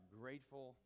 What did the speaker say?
grateful